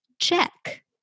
check